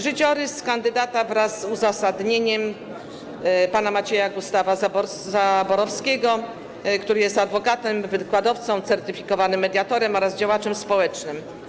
Życiorys kandydata wraz z uzasadnieniem pana Macieja Gustawa Zaborowskiego, który jest adwokatem, wykładowcą, certyfikowanym mediatorem oraz działaczem społecznym.